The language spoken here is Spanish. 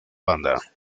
banda